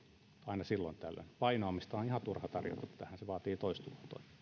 aina silloin tällöin vainoamista on ihan turha tarjota tähän se vaatii toistuvaa toimintaa